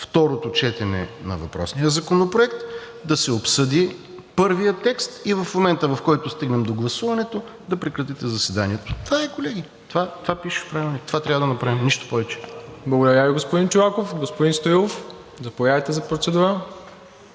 второто четене на въпросния законопроект, да се обсъди първият текст и в момента, в който стигнем до гласуването, да прекратите заседанието. Това е, колеги. Това пише в Правилника, това трябва да направим, нищо повече. ПРЕДСЕДАТЕЛ МИРОСЛАВ ИВАНОВ: Благодаря Ви, господин Чолаков. Господин Стоилов, заповядайте за процедура.